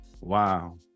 Wow